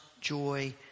joy